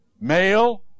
Male